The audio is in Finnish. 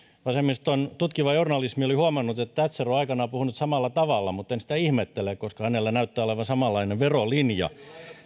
vasemmiston tutkiva journalismi oli huomannut että thatcher on aikoinaan puhunut samalla tavalla mutta en sitä ihmettele koska hänellä näyttää olevan samanlainen verolinja